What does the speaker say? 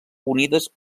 unides